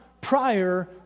prior